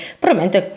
probabilmente